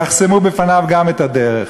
יחסמו גם בפניו את הדרך.